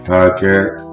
Podcast